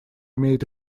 имеет